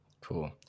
Cool